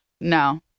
No